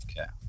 okay